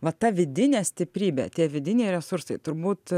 va ta vidinė stiprybė tie vidiniai resursai turbūt